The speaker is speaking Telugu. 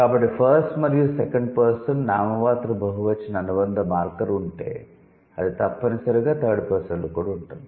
కాబట్టి ఫస్ట్ మరియు సెకండ్ పర్సన్ నామమాత్రపు బహువచన అనుబంధ మార్కర్ ఉంటే అది తప్పనిసరిగా థర్డ్ పర్సన్ లో కూడా ఉంటుంది